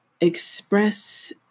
express